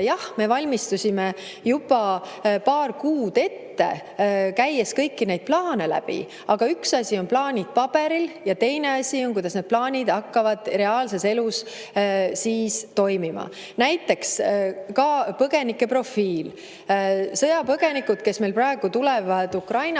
Jah, me valmistusime juba paar kuud ette, käies kõiki neid plaane läbi, aga üks asi on plaanid paberil ja teine asi on see, kuidas need plaanid hakkavad reaalses elus toimima. Näiteks ka põgenike profiil. Sõjapõgenikud, kes meile praegu Ukrainast